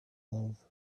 love